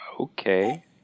okay